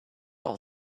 all